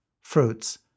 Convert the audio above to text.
fruits